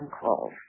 calls